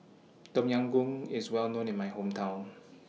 Tom Yam Goong IS Well known in My Hometown